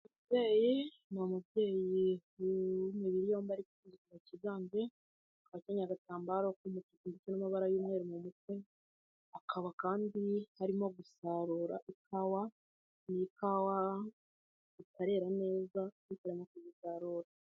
Umubyeyi, ni umubyeyi w'imibiri yombi ariko igikara kiganje, akaba akenyeye agatambaro k'umutuku gafite n'amabara y'umweru mu mutwe, akaba kandi arimo gusarura ikawa, ni ikawa itarera neza ariko arimo kuzisarura.